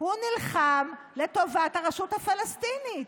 הוא נלחם לטובת הרשות הפלסטינית.